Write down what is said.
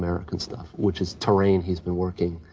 american stuff, which is terrain he's been working